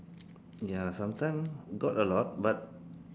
ya sometime got a lot but